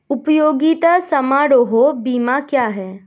उपयोगिता समारोह बीमा क्या है?